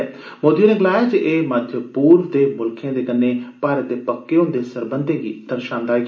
श्री मोदी होरें गलाया जे एह मध्य पूर्व दे मुल्खें दे कन्नै भारत दे पक्के हंदे सरबंधें गी दर्शांदा ऐ